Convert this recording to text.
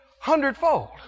hundredfold